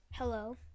Hello